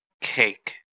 cake